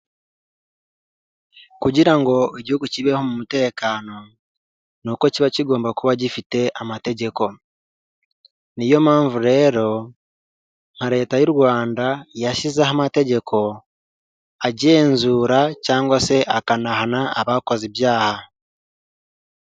Kugira ngo igihugu kibeho mu mutekano, ni uko kiba kigomba kuba gifite amategeko, niyo mpamvu rero nka leta y'u Rwanda yashyizeho amategeko agenzura cyangwa se akanahana abakoze ibyaha.